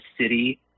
City